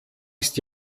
ist